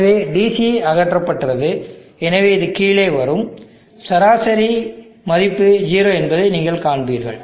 எனவே DC அகற்றப்பட்டது எனவே இது கீழே வரும் எனவே சராசரி மதிப்பு 0 என்பதை நீங்கள் காண்பீர்கள்